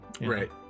Right